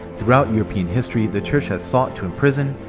throughout european history the church has sought to imprison,